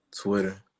Twitter